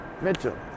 Mitchell